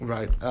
Right